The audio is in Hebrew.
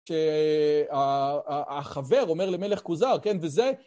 שהחבר אומר למלך כוזר, כן, וזה...